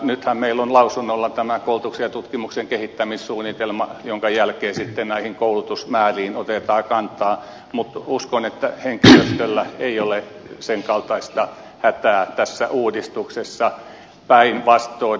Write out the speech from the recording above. nythän meillä on lausunnolla tämä koulutuksen ja tutkimuksen kehittämissuunnitelma jonka jälkeen sitten näihin koulutusmääriin otetaan kantaa mutta uskon että henkilöstöllä ei ole sen kaltaista hätää tässä uudistuksessa päinvastoin